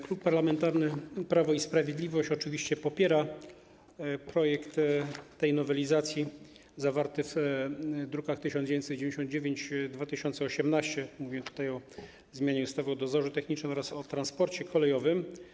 Klub Parlamentarny Prawo i Sprawiedliwość oczywiście popiera projekt nowelizacji zawarty w drukach nr 1999 i 2018, mówię tutaj o zmianie ustawy o dozorze technicznym oraz ustawy o transporcie kolejowym.